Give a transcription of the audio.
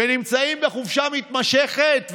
והם נמצאים בחופשה מתמשכת.